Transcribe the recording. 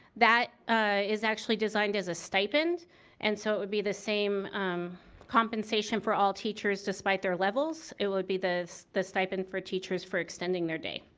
that is actually designed as a stipend and so it would be the same compensation for all teachers despite their levels. it would be the the stipend for teachers for extending their day.